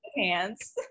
pants